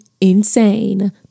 insane